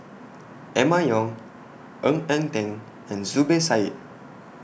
Emma Yong Ng Eng Teng and Zubir Said